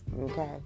okay